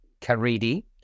caridi